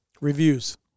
reviews